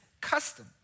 custom